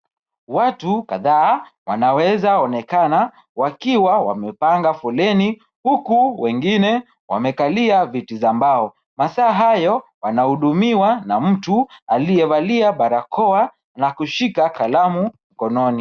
Watu kadhaa wanaweza onekana wakiwa wamepanga foleni, huku wengine wamekalia viti za mbao. Masaa hayo wanahudumiwa na mtu aliyevalia barakoa na kushika kalamu mkononi.